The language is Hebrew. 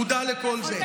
אני מודע לכל זה.